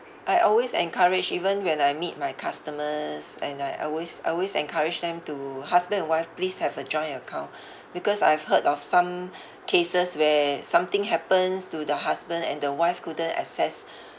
I always encourage even when I meet my customers and I always I always encourage them to husband and wife please have a joint account because I've heard of some cases where something happens to the husband and the wife couldn't access